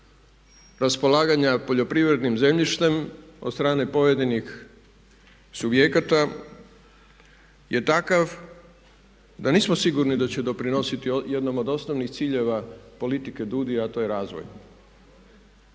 raspolaganja poljoprivrednim zemljištem od strane pojedinih subjekata je takav da nismo sigurni da će doprinositi jednom od osnovnih ciljeva politike DUDI-a a to je razvoj.